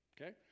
Okay